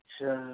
अच्छा